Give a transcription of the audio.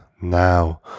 now